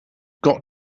got